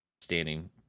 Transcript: standing